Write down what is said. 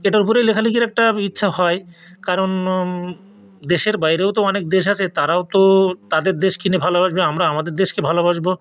এটার ওপরে লেখালেখির একটা ইচ্ছা হয় কারণ দেশের বাইরেও তো অনেক দেশ আছে তারাও তো তাদের দেশকে নিয়ে ভালোবাসবে আমরা আমাদের দেশকে ভালোবাসবো